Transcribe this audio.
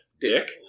Dick